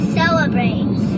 celebrate